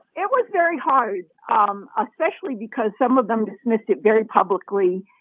it was very hard, um especially because some of them dismissed it very publicly,